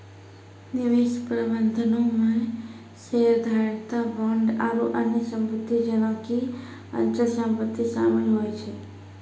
निवेश प्रबंधनो मे शेयरधारिता, बांड आरु अन्य सम्पति जेना कि अचल सम्पति शामिल होय छै